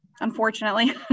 unfortunately